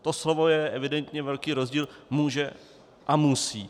To slovo je evidentně velký rozdíl: může a musí.